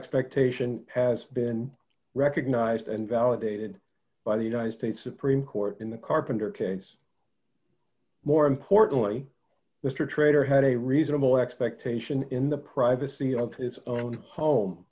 expectation has been recognized and validated by the united states supreme court in the carpenter case more importantly mister traitor had a reasonable expectation in the privacy of his own home